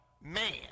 man